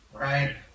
right